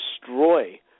destroy